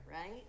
right